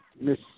Miss